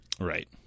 Right